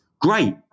great